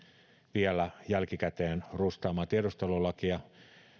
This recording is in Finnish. vielä jälkikäteen rustaamaan tiedustelulakia